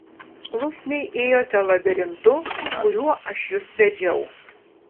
klusniai ėjote labirintu kuriuo aš jus vedžiau